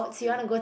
if a